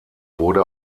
wurde